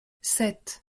sept